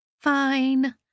Fine